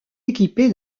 équipé